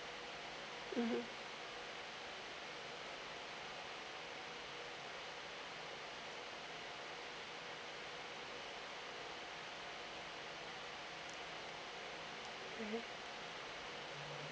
mmhmm mmhmm